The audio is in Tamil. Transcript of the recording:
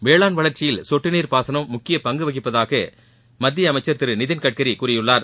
வேளாண் வளர்ச்சியில் சொட்டுநீர் பாசனம் முக்கிய பங்கு வகிப்பதாக மத்திய அமைச்சர் திரு நிதின்கட்கரி கூறியுள்ளார்